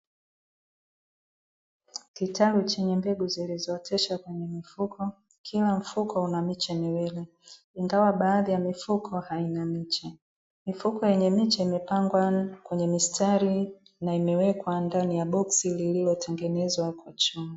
Kitalu chenye mbegu zilizooteshwa kwenye mifuko, kila mfuko una miche miwili, ingawa baadhi ya mifuko haina miche. Mifuko yenye miche, imepangwa kwenye mistari, na imewekwa ndani ya boksi lililotengenezwa kwa chuma.